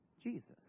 Jesus